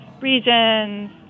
regions